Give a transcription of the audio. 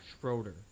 Schroeder